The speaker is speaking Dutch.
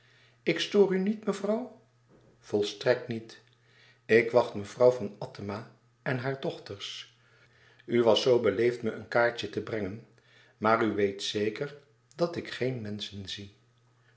ik stoor u niet mevrouw volstrekt niet ik wacht mevrouw van attema en haar dochters u was zoo beleefd me een kaartje te brengen maar u weet louis couperus extaze een boek van geluk zeker dat ik geen menschen zie